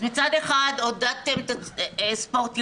מצד אחד עודדתם ספורט יחידני.